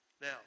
Now